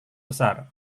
besar